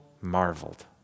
marveled